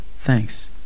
Thanks